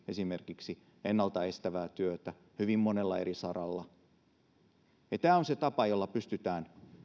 esimerkiksi ennalta estävää työtä hyvin monella eri saralla tämä on se tapa jolla pystytään